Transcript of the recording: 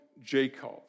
Jacob